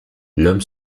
l’homme